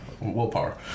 willpower